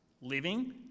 Living